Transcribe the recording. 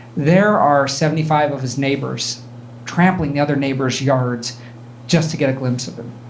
there are seventy five of his neighbors trampling the other neighbors' yards just to get a glimpse of him.